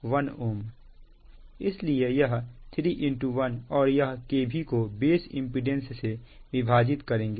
इसलिए यह 3 1 और यह kV को बेस इंपीडेंस से विभाजित करेंगे